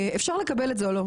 אפשר לקבל את זה או לא,